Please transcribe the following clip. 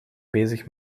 bezig